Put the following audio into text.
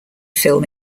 film